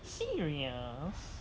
serious